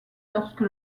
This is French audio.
lorsque